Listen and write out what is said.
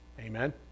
amen